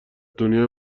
دنیای